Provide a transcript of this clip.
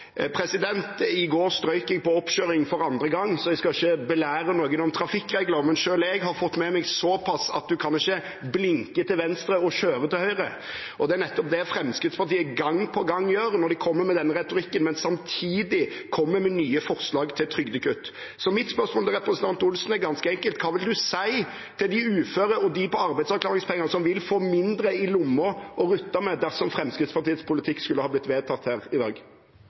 I går strøk jeg på oppkjøring for andre gang, så jeg skal ikke belære noen om trafikkregler, men selv jeg har fått med meg såpass at en kan ikke blinke til venstre og kjøre til høyre. Det er nettopp det Fremskrittspartiet gang på gang gjør når de kommer med denne retorikken, men samtidig kommer med nye forslag til trygdekutt. Så mitt spørsmål til representanten Olsen er ganske enkelt: Hva vil han si til de uføre og dem på arbeidsavklaringspenger som vil få mindre å rutte med dersom Fremskrittspartiets politikk skulle ha blitt vedtatt her i dag?